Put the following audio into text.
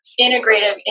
integrative